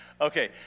Okay